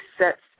sets